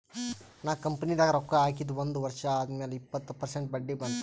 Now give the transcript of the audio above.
ನಾ ಕಂಪನಿದಾಗ್ ರೊಕ್ಕಾ ಹಾಕಿದ ಒಂದ್ ವರ್ಷ ಆದ್ಮ್ಯಾಲ ಇಪ್ಪತ್ತ ಪರ್ಸೆಂಟ್ ಬಡ್ಡಿ ಬಂತ್